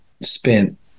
spent